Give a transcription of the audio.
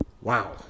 Wow